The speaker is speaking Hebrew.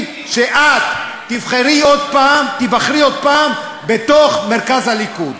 שאת תיבחרי עוד פעם בתוך מרכז הליכוד.